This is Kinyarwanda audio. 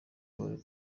paul